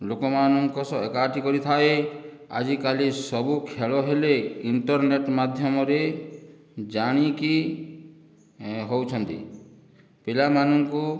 ଲୋକମାନଙ୍କ ସହ ଏକାଠି କରିଥାଏ ଆଜିକାଲି ସବୁ ଖେଳ ହେଲେ ଇଣ୍ଟର୍ନେଟ ମାଧ୍ୟମରେ ଜାଣିକି ହେଉଛନ୍ତି ପିଲାମାନଙ୍କୁ